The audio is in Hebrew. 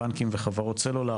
בנקים וחברות סלולר.